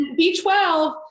b12